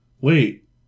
Wait